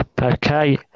Okay